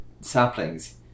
saplings